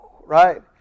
Right